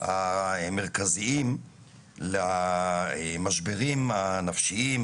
המרכזיים למשברים הנפשיים,